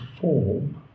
form